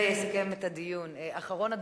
יסכם את הדיון, אחרון הדוברים,